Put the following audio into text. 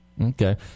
Okay